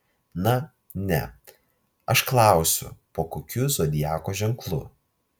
na ne aš klausiu po kokiu zodiako ženklu